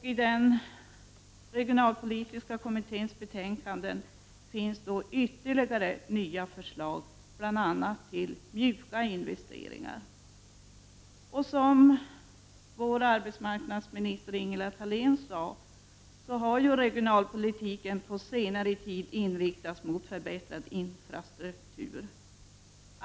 I den regionalpolitiska kommitténs betänkanden finns ytterligare förslag, bl.a. till mjuka ”investeringar”. Som arbetsmarknadsminister Ingela Thalén sade har regionalpolitiken på senare tid inriktats mot förbättrad infrastruktur.